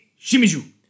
Shimizu